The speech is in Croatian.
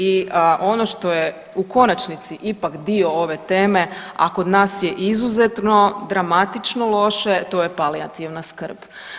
I ono što je u konačnici ipak dio ove teme, a kod nas je izuzetno dramatično loše, to je palijativna skrb.